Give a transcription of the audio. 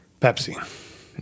Pepsi